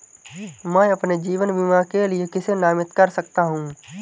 मैं अपने जीवन बीमा के लिए किसे नामित कर सकता हूं?